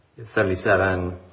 77